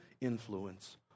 influence